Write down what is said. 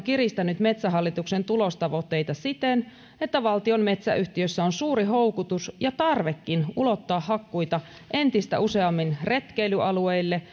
kiristänyt metsähallituksen tulostavoitteita siten että valtion metsäyhtiössä on suuri houkutus ja tarvekin ulottaa hakkuita entistä useammin retkeilyalueille